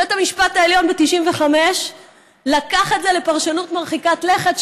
בית המשפט העליון ב-1995 לקח את זה לפרשנות מרחיקת לכת,